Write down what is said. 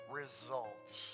results